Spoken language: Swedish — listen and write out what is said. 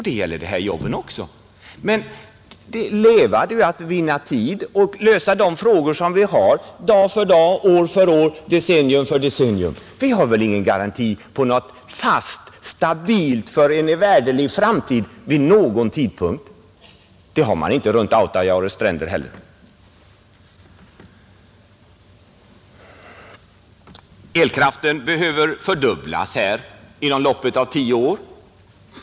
Det gäller de här jobben också. Men att leva är ju att vinna tid och lösa problemen dag för dag, år för år, decennium för decennium. Vi har väl ingen garanti om något fast, för evärdelig framtid stabilt vid någon tidpunkt. Det har man inte runt Autajaures stränder heller. Elkraften behöver fördubblas inom loppet av 10 år.